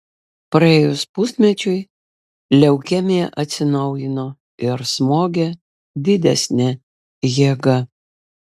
praėjus pusmečiui leukemija atsinaujino ir smogė didesne jėga